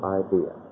idea